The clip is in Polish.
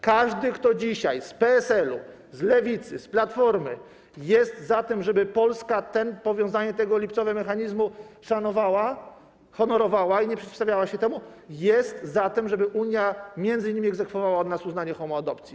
Każdy, kto dzisiaj z PSL-u, z Lewicy, z Platformy jest za tym, żeby Polska powiązanie tego lipcowego mechanizmu szanowała, honorowała i nie przeciwstawiała się temu, jest za tym, żeby Unia m.in. egzekwowała od nas uznanie homoadopcji.